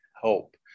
help